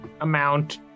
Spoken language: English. amount